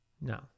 No